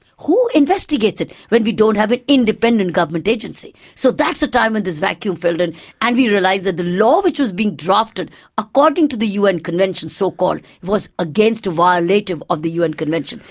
who investigates it when we don't have an independent government agency? so that's the time when this vacuum filled in and we realised that the law which was being drafted according to the un convention, so-called, was against a violative of the un convention,